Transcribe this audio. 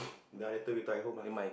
dah later we talk at home lah